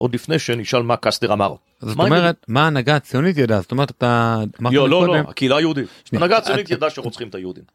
עוד לפני שנשאל מה קאסטר אמר. זאת אומרת, מה ההנהגה הציונית ידעה? זאת אומרת, את ה... לא, לא, לא, הקהילה היהודית. ההנהגה הציונית ידעה שרוצחים את היהודים.